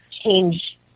change